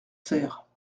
cère